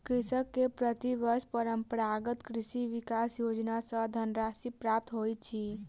कृषक के प्रति वर्ष परंपरागत कृषि विकास योजना सॅ धनराशि प्राप्त होइत अछि